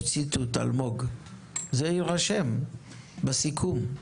זה יירשם בסיכום.